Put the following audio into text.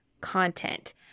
content